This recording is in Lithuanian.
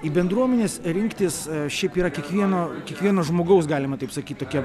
į bendruomenes rinktis šiaip yra kiekvieno kiekvieno žmogaus galima taip sakyt tokia